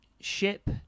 ship